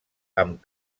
amb